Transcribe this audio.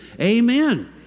Amen